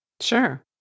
Sure